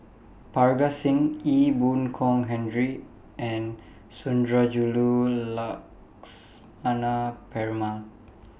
Parga Singh Ee Boon Kong Henry and Sundarajulu Lakshmana Perumal